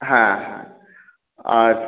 হ্যাঁ হ্যাঁ আর